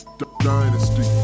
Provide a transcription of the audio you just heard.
dynasty